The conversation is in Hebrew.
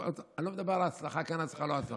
אני לא מדבר על כן הצלחה, לא הצלחה,